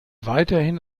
weiterhin